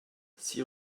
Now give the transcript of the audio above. six